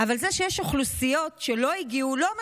אבל זה שיש אוכלוסיות שלא הגיעו לא אומר